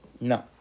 No